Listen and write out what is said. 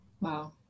Wow